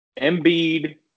Embiid